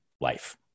life